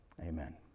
Amen